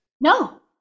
No